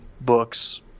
books